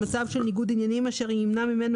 במצב של ניגוד עניינים אשר ימנע ממנו